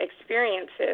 experiences